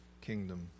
kingdom